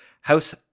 House